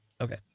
Okay